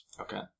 Okay